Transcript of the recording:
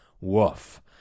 Woof